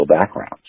backgrounds